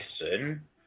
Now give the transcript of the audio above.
listen